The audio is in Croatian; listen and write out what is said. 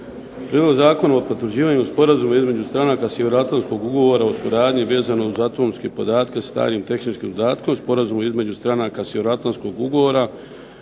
Zakona o potvrđivanju Sporazuma između stranaka Sjevernoatlantskog ugovora o suradnji vezano iz atomske podatke s tajnim tehničkim dodatkom Sporazuma između stranaka Sjevernoatlantskog ugovora